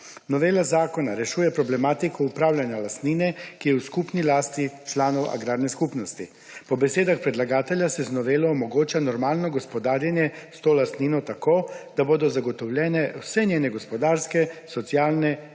Novela zakona rešuje problematiko upravljanja lastnine, ki je v skupni lasti članov agrarne skupnosti. Po besedah predlagatelja se z novelo omogoča normalno gospodarjenje s to lastnino tako, da bodo zagotovljene vse njene gospodarske, socialne